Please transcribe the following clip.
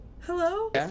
Hello